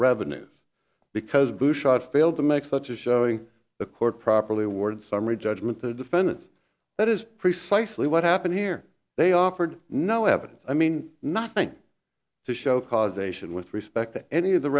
revenues because bouchard failed to make such a showing the court properly awarded summary judgment to the defendants that is precisely what happened here they offered no evidence i mean nothing to show causation with respect to any of the